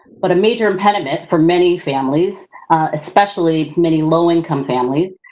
but a major impediment for many families especially many low income families,